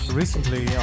recently